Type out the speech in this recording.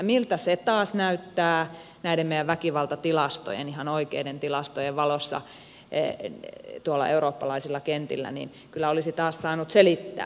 miltä se taas näyttää näiden meidän väkivaltatilastojen ihan oikeiden tilastojen valossa tuolla eurooppalaisilla kentillä niin kyllä olisi taas saanut selittää